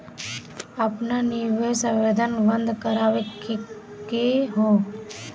आपन निवेश आवेदन बन्द करावे के हौ?